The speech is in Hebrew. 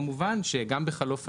כמובן שבחלוף הזמן,